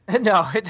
No